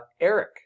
Eric